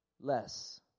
less